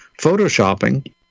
photoshopping